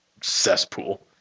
cesspool